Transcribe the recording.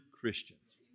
Christians